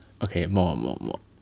okay more more more